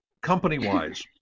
Company-wise